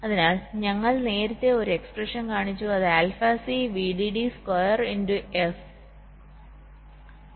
അതിനാൽ ഞങ്ങൾ നേരത്തെ ഒരു എക്സ്പ്രഷൻ കാണിച്ചു അത് alpha C VDD square into F പോലെ ക്ലോക്കിന്റെ ഫ്രീക്വൻസി ആണ്